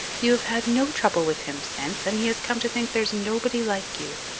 you have had no trouble with him since and he has come to think there's nobody like you.